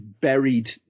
buried